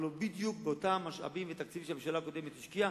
אבל הוא בדיוק באותם משאבים ותקציב שהממשלה הקודמת השקיעה,